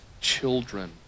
children